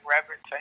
reverence